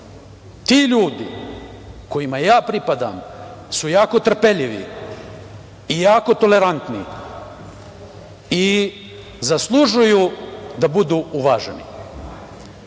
ti ljudi kojima pripadam su jako trpeljivi i jako tolerantni i zaslužuju da budu uvaženi. Onaj